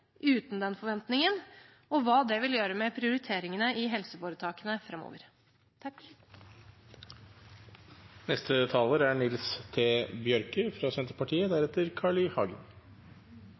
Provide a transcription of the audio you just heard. uten den forventningen, og hva det vil gjøre med prioriteringene i helseforetakene framover. I handsaminga av denne rapporten må me sjå i augo at det er